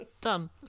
Done